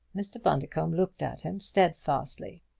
mr. bundercombe looked at him steadfastly.